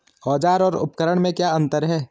औज़ार और उपकरण में क्या अंतर है?